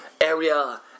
area